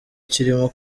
kirimo